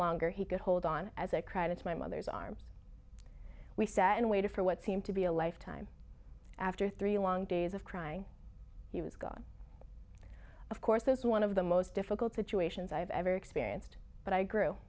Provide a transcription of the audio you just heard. longer he could hold on as it credits my mother's arms we sat and waited for what seemed to be a lifetime after three long days of crying he was gone of course is one of the most difficult situations i have ever experienced but i grew